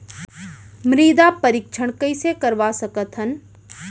मृदा परीक्षण कइसे करवा सकत हन?